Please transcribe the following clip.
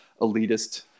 elitist